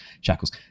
shackles